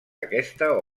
aquesta